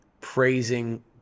praising